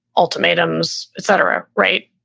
ultimatums, et cetera. right.